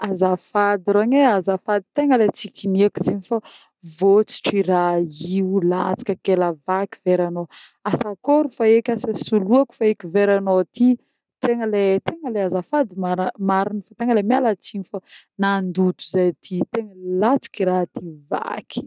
Azafady rôny e, azafady tegna le tsy kinieko izy igny fô votsotro raha io latsaka ke nahavaky veranô, asa akôry feky?asa soloako feky veranô ty ?tegna le tegna le azafady mara-mariny fô tegna le miala tsigny fô nandoto zeh ty, tegna latsaky raha ty vaky.